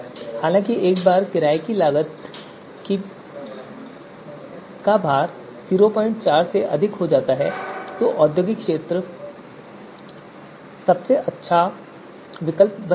हालांकि एक बार किराये की लागत का भार 04 से अधिक हो जाता है तो औद्योगिक क्षेत्र सबसे अच्छा विकल्प बना रहेगा